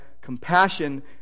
compassion